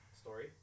Story